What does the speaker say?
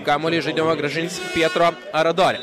kamuolį į žaidimą grąžins petro aradorė